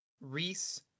Reese